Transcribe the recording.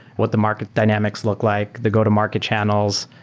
what the market dynamics look like? the go-to-market channels.